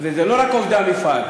וזה לא רק עובדי המפעל.